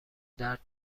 درد